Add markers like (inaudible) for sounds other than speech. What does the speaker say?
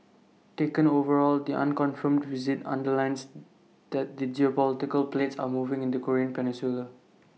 taken overall the unconfirmed visit underlines (noise) that the geopolitical plates are moving in the Korean peninsula